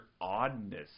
oddness